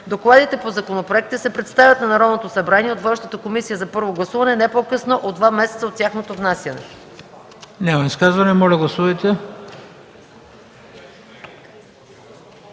Докладите по законопроектите се представят на Народното събрание от водещите комисии за първо гласуване не по-късно от два месеца от тяхното внасяне.”